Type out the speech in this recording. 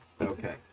Okay